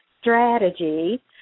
strategy